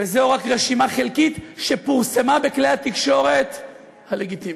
וזו רק רשימה חלקית שפורסמה בכלי התקשורת הלגיטימיים.